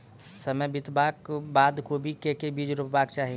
समय बितबाक बाद कोबी केँ के बीज रोपबाक चाहि?